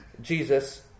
Jesus